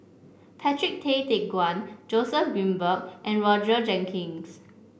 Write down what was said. Patrick Tay Teck Guan Joseph Grimberg and Roger Jenkins